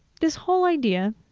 this whole idea